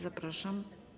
Zapraszam.